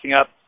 up